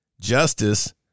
justice